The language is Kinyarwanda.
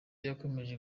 yakomeje